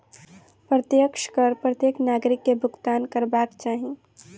प्रत्यक्ष कर प्रत्येक नागरिक के भुगतान करबाक चाही